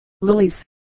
lilies